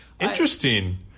Interesting